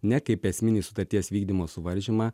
ne kaip esminį sutarties vykdymo suvaržymą